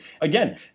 again